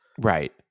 right